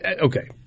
Okay